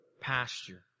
pasture